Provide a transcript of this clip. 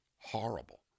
horrible